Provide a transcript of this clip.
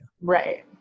Right